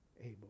able